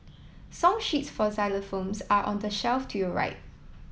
song sheets for xylophones are on the shelf to your right